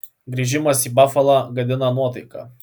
grįžimas į bafalą gadina nuotaiką